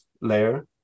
layer